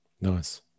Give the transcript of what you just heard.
nice